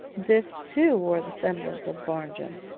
this, too, wore the semblance of barnjum,